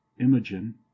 Imogen